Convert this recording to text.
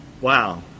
wow